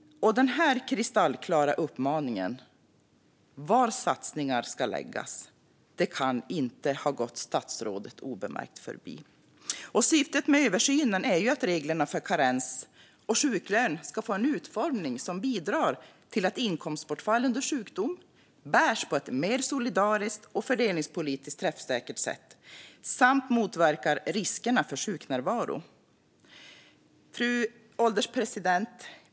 Denna kristallklara uppmaning om var satsningar ska läggas kan inte ha gått statsrådet obemärkt förbi. Syftet med översynen är att reglerna för karens och sjuklön ska få en utformning som bidrar till att inkomstbortfall under sjukdom bärs på ett mer solidariskt och fördelningspolitiskt träffsäkert sätt samt motverkar riskerna för sjuknärvaro. Fru ålderspresident!